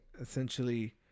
essentially